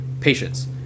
patience